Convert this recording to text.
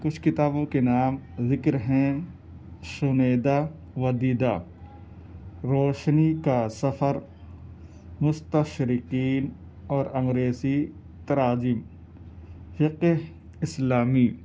کچھ کتابوں کے نام ذکر ہیں شنیدہ و دیدہ روشنی کا سفر مستشرقین اور انگریزی تراجم فقہ اسلامی